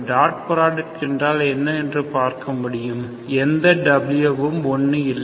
dot product என்ன என்று பார்க்க முடியும் எந்த w ம் 1 இல்லை